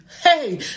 hey